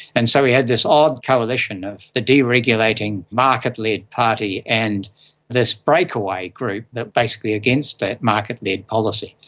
and so we had this odd coalition of the deregulating market led party and this breakaway group that was basically against that market led policy.